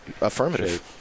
Affirmative